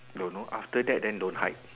don't know after that then don't hide